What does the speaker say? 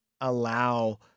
allow